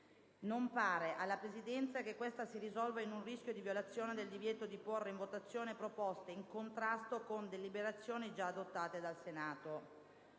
non pare alla Presidenza che questa si risolva in un rischio di violazione del divieto di porre in votazione proposte in contrasto con deliberazioni già adottate dal Senato.